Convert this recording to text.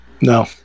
no